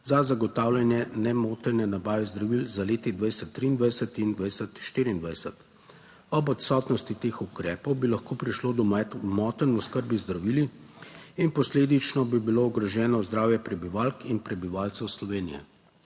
za zagotavljanje nemotene nabave zdravil z leti 2023 in 2024. Ob odsotnosti teh ukrepov bi lahko prišlo do motenj v oskrbi z zdravili in posledično bi bilo ogroženo zdravje prebivalk in prebivalcev Slovenije.